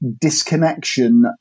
disconnection